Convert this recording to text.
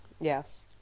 Yes